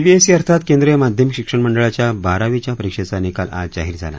CBSE अर्थात केंद्रीय माध्यमिक शिक्षण मंडळाच्या बारावीच्या परीक्षेचा निकाल आज जाहीर झाला